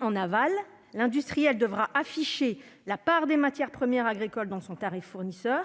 En aval, l'industriel devra afficher la part des matières premières agricoles dans son tarif fournisseur